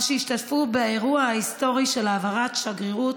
שהשתתפו באירוע ההיסטורי של העברת שגרירות